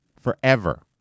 Forever